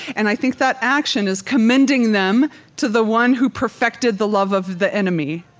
and i think that action is commending them to the one who perfected the love of the enemy.